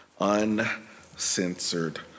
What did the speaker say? uncensored